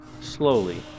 slowly